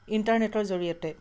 ইণ্টাৰনেটৰ জৰিয়তে